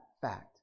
fact